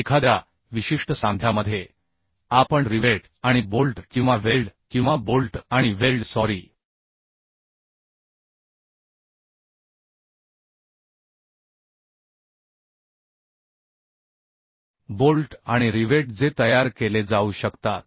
एखाद्या विशिष्ट सांध्यामध्ये आपण रिवेट आणि बोल्ट किंवा वेल्ड किंवा बोल्ट आणि वेल्ड सॉरी बोल्ट आणि रिवेट जे तयार केले जाऊ शकतात